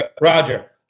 Roger